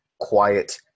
quiet